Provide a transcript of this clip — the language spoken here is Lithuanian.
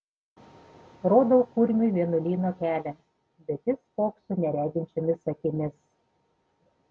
rodau kurmiui vienuolyno kelią bet jis spokso nereginčiomis akimis